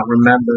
remember